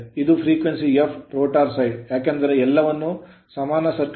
ಇದು frequency f rotor side ಏಕೆಂದರೆ ಎಲ್ಲವನ್ನೂ ಸಮಾನ ಸ್ಟಾಟರ್ ಸೈಡ್ ಆಗಿ ತಯಾರಿಸಲಾಗುತ್ತದೆ